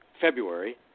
February